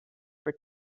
for